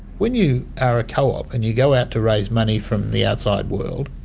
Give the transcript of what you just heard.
when you are a co-op and you go out to raise money from the outside world,